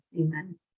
amen